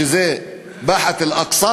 שזה באחת אל-אקצא